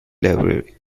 library